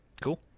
cool